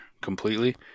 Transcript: completely